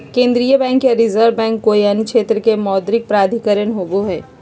केन्द्रीय बैंक या reserve bank कोय अन्य क्षेत्र के मौद्रिक प्राधिकरण होवो हइ